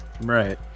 right